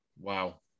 Wow